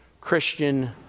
Christian